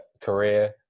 career